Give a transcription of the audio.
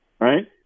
Right